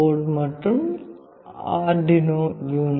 board மற்றொன்று Arduino UNO